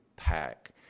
pack